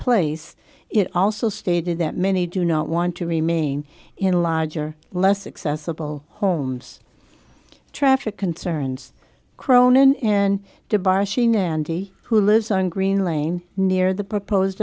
place it also stated that many do not want to remain in larger less accessible homes traffic concerns cronan and dabashi nandy who lives on green lane near the proposed